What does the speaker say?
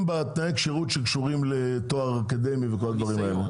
עומדים בתנאי כשירות שקשורים לתואר אקדמי וכל הדברים האלו,